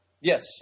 Yes